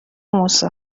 موسی